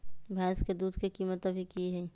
भैंस के दूध के कीमत अभी की हई?